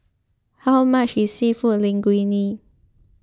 how much is Seafood Linguine